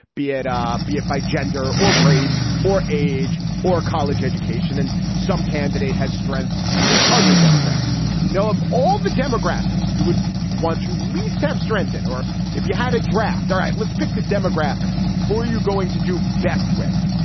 be it um be it by gender or race or age or college education. and some candidate has strengths in other demographics. now of all the demographics, you would want to least have strengthen or if you had a draft. all right. let's pick the demographics. who are you going to do best with?